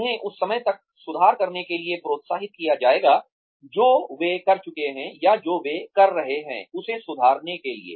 उन्हें उस समय तक सुधार करने के लिए प्रोत्साहित किया जाएगा जो वे कर चुके हैं या जो वे कर रहे हैं उसे सुधारने के लिए